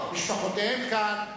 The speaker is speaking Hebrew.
משפחותיהם כאן,